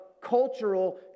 cultural